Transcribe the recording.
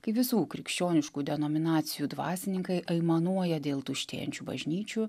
kai visų krikščioniškų denominacijų dvasininkai aimanuoja dėl tuštėjančių bažnyčių